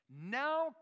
now